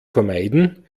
vermeiden